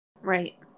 Right